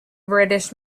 british